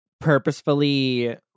purposefully